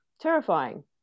terrifying